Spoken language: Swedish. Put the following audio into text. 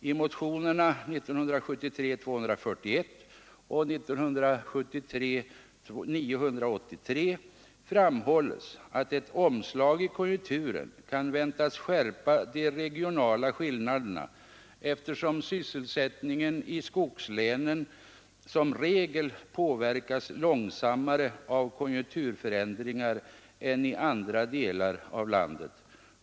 I motionerna 241 och 983 framhålls att ett omslag i konjunkturen kan väntas skärpa de regionala skillnaderna, eftersom sysselsättningen i skogslänen som regel påverkas långsammare av konjunkturförändringar än i andra delar av landet.